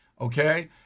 okay